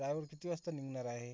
driver किती वाजता निघणार आहे